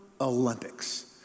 Olympics